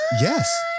Yes